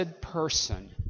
person